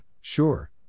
sure